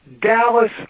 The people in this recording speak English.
Dallas